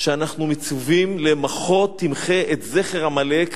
שאנחנו מצווים לגביו "מחה תמחה את זכר עמלק",